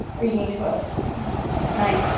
reading to us at night.